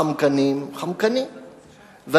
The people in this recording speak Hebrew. ה"חמקנים" חמקנים.